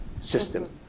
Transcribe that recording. system